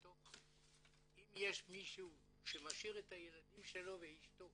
אם יש מישהו שמשאיר את הילדים שלו ואשתו